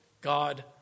God